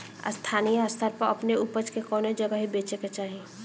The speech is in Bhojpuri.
स्थानीय स्तर पर अपने ऊपज के कवने जगही बेचे के चाही?